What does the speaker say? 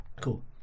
Cool